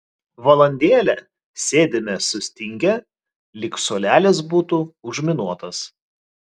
valandėlę sėdime sustingę lyg suolelis būtų užminuotas